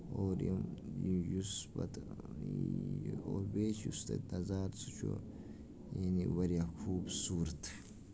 اور اِوٕن یُس پَتہٕ اور بیٚیہِ چھِ یُس تَتہِ تَزاد سُہ چھُ یعنی واریاہ خوبصوٗرت